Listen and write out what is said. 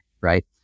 right